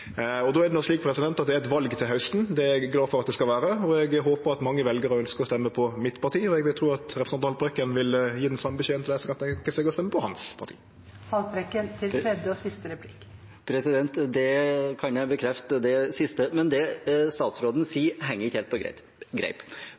er det eit val til hausten. Det er eg glad for at det skal vere, og eg håpar at mange veljarar ønskjer å røyste på mitt parti, og eg vil tru at representanten Haltbrekken vil gje den same beskjeden til dei som kan tenkje seg å røyste på hans parti. Det siste kan jeg bekrefte, men det statsråden sier, henger ikke helt på greip. På mitt første spørsmål svarer statsråden